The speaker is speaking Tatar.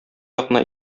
якны